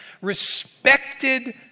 respected